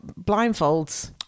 blindfolds